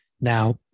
now